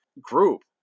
group